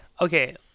Okay